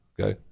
okay